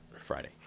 Friday